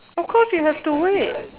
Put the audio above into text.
of course you have to wait